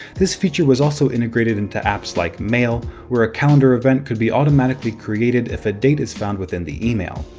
this feature was also integrated into apps like mail, where a calendar event can be automatically created if a date is found within the email.